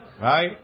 right